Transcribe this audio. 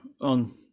on